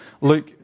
Luke